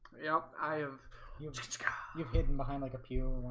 yeah, i have you just got you've hidden behind like a pew